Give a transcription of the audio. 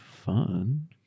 fun